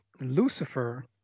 lucifer